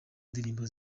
ndirimbo